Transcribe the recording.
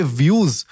views